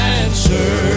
answer